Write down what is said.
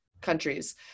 countries